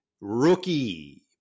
Rookie